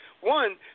one